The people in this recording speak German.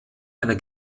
einer